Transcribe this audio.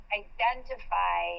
identify